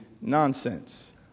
nonsense